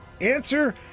answer